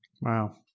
Wow